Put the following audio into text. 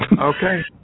Okay